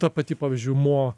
ta pati pavyzdžiui mo